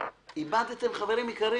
איבדתם, חברים יקרים.